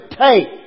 take